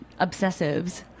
obsessives